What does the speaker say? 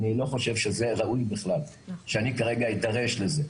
אני לא חושב שזה ראוי בכלל שאני כרגע אידרש לזה.